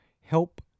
help